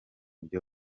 byo